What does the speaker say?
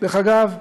דרך אגב,